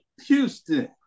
Houston